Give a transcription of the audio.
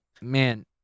man